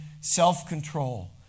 self-control